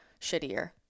shittier